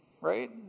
right